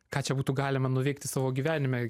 ką čia būtų galima nuveikti savo gyvenime